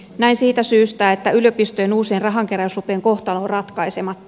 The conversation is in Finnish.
näin siitä syystä että yliopistojen uusien rahankeräyslupien kohtalo on ratkaisematta